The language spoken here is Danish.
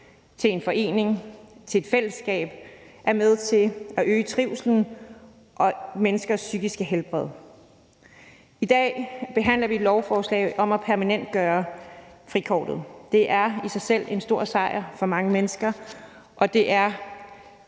til en forening, til et fællesskab er med til at øge trivslen og menneskers psykiske helbred. I dag behandler vi et lovforslag om at permanentgøre frikortet. Det er i sig selv en stor sejr for mange mennesker, og det er